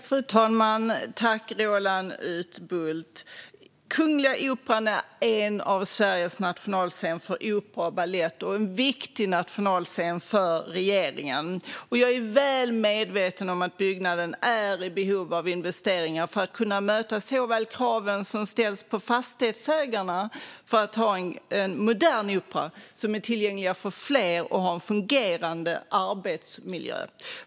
Fru talman! Jag tackar Roland Utbult för frågan. Kungliga Operan är Sveriges nationalscen för opera och balett och en viktig nationalscen för regeringen. Jag är väl medveten om att byggnaden är i behov av investeringar för att kunna möta kraven som ställs på fastighetsägarna om att ha en modern opera som är tillgänglig för fler. Det måste även vara en fungerande arbetsmiljö.